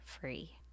free